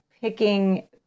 picking